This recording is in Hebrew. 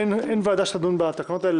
אין ועדה שתדון בתקנות האלה,